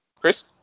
Chris